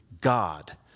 God